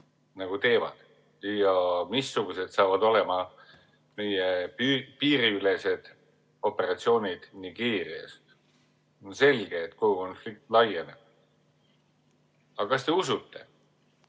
Malis teevad ja missugused saavad olema meie piiriülesed operatsioonid Nigeerias. On selge, et kogu konflikt laieneb. Aga kas te usute,